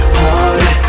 party